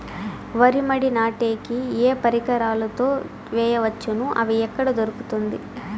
వరి మడి నాటే కి ఏ పరికరాలు తో వేయవచ్చును అవి ఎక్కడ దొరుకుతుంది?